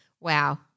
wow